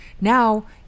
now